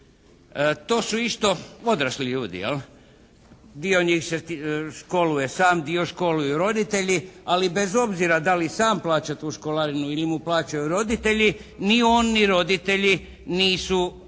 To su isto odrasli ljudi jel'. Dio njih se školuje sam, dio školuju roditelji, ali bez obzira da li sam plaća tu školarinu ili mu plaćaju roditelji ni on ni roditelji nisu